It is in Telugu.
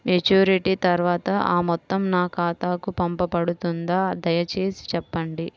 మెచ్యూరిటీ తర్వాత ఆ మొత్తం నా ఖాతాకు పంపబడుతుందా? దయచేసి చెప్పండి?